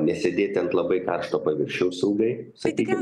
nesėdėti ant labai karšto paviršiaus ilgai sakykim